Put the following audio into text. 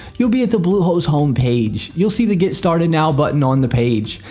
you'll be at the bluehost home page. you'll see the get started now button on the page.